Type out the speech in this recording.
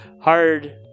hard